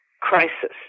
crisis